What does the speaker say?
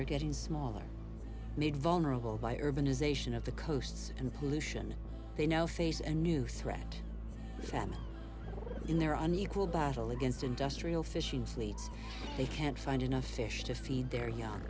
are getting smaller made vulnerable by urbanization of the coasts and pollution they now face and new threat fam in there are an equal battle against industrial fishing fleets they can't find enough fish to feed their young